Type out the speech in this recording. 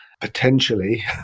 potentially